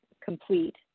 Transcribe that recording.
complete